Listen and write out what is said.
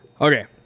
Okay